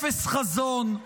אפס חזון,